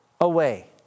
away